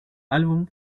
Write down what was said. álbum